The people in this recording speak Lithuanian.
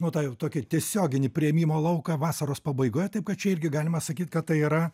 nu tą jau tokį tiesioginį priėmimo lauką vasaros pabaigoje taip kad čia irgi galima sakyt kad tai yra